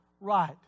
right